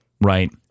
Right